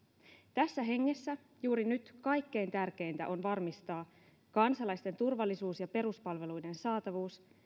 tässä hengessä juuri nyt kaikkein tärkeintä on varmistaa kansalaisten turvallisuus ja peruspalveluiden saatavuus